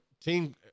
team